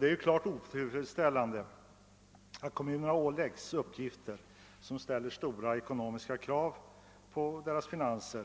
Det är klart otillfredsställande att kommunerna pålägges uppgifter, som medför stora ekonomiska påfrestningar på deras finanser,